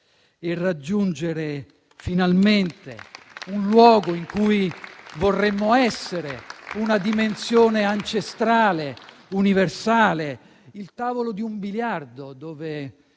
e raggiungere finalmente un luogo in cui vorremmo essere, una dimensione ancestrale e universale: il tavolo di un biliardo, dove